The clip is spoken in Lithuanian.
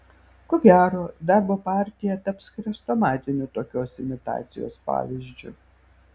ko gero darbo partija taps chrestomatiniu tokios imitacijos pavyzdžiu